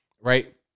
right